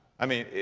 i mean, ah,